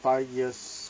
five years